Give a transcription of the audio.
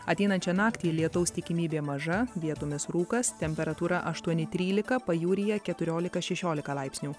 ateinančią naktį lietaus tikimybė maža vietomis rūkas temperatūra aštuoni trylika pajūryje keturiolika šešiolika laipsnių